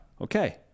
okay